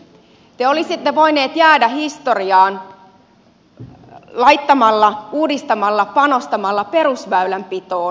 te olisitte voinut jäädä historiaan laittamalla uudistamalla panostamalla perusväylänpitoon